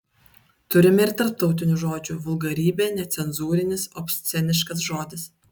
turime ir tarptautinių žodžių vulgarybė necenzūrinis obsceniškas žodis